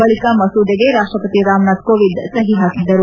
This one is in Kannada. ಬಳಿಕ ಮಸೂದೆಗೆ ರಾಷ್ಟಪತಿ ರಾಮನಾಥ್ ಕೋವಿಂದ್ ಸಹಿ ಹಾಕಿದ್ದರು